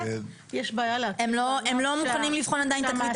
יש בעיה להכיר בענף כשזה מוכר כאסור.